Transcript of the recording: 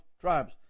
tribes